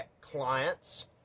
clients